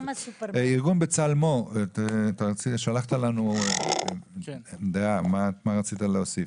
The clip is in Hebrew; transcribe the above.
ארגון 'בצלמו', שלחת לנו עמדה, מה רצית להוסיף?